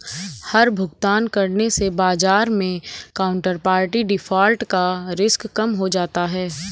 हर भुगतान करने से बाजार मै काउन्टरपार्टी डिफ़ॉल्ट का रिस्क कम हो जाता है